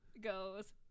goes